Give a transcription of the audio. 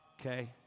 Okay